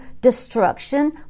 destruction